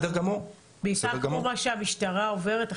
בעיקר כמו מה שהמשטרה עוברת עכשיו,